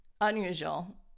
unusual